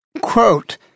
quote